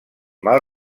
mal